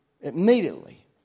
Immediately